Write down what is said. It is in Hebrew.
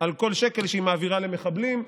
על כל שקל שהיא מעבירה למחבלים.